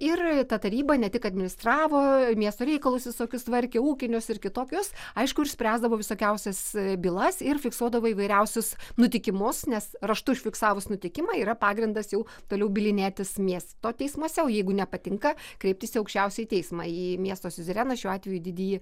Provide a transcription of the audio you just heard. ir ta taryba ne tik administravo miesto reikalus visokius tvarkė ūkinius ir kitokius aišku ir spręsdavo visokiausias bylas ir fiksuodavo įvairiausius nutikimus nes raštu užfiksavus nutikimą yra pagrindas jau toliau bylinėtis miesto teismuose o jeigu nepatinka kreiptis į aukščiausiąjį teismą į miesto siuzereną šiuo atveju didįjį